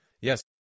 Yes